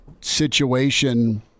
situation